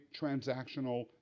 transactional